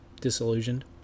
Disillusioned